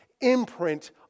imprint